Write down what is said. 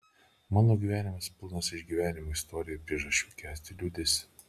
mano gyvenimas pilnas išgyvenimų istorijų ir priežasčių kęsti liūdesį